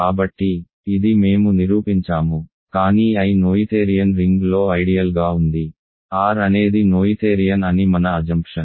కాబట్టి ఇది మేము నిరూపించాము కానీ I నోయిథేరియన్ రింగ్లో ఐడియల్ గా ఉంది R అనేది నోయిథేరియన్ అనిమన అజంప్షన్